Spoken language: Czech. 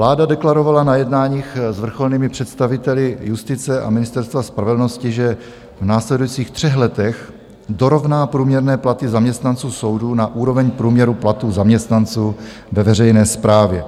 Vláda deklarovala na jednáních s vrcholnými představiteli justice a Ministerstva spravedlnosti, že v následujících třech letech dorovná průměrné platy zaměstnanců soudů na úroveň průměru platů zaměstnanců ve veřejné správě.